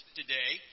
today